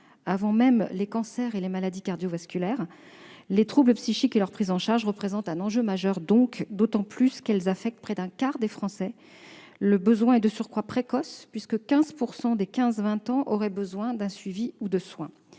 avant même les cancers et les maladies cardiovasculaires, les troubles psychiques et leur prise en charge représentent un enjeu majeur, d'autant qu'ils affectent près d'un quart des Français. Le besoin est de surcroît précoce, puisque 15 % des 15-20 ans auraient besoin d'un suivi ou de soins.